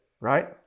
right